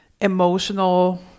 emotional